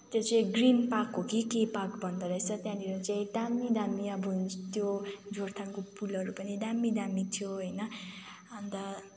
त्यो चाहिँ Green Park हो कि के पार्क भन्दो रहेछ त्यहाँनिर चाहिँ दामी दामी अब त्यो जोरथाङको पुलहरू पनि दामी दामी थियो होइन अन्त